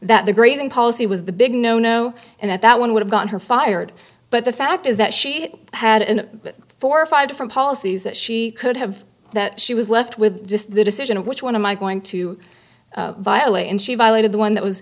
that the grazing policy was the big no no and that that one would have got her fired but the fact is that she had in four or five different policies that she could have that she was left with just the decision of which one of my going to violate and she violated the one that was